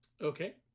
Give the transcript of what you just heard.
Okay